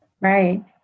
Right